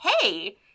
hey